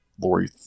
Lori